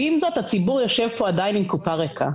ועם זאת, הציבור יושב פה עדיין עם קופה ריקה,